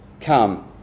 come